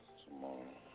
tomorrow